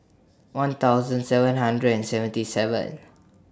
one thousand seven hundred and seventy seven